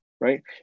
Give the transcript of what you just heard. right